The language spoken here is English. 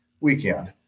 weekend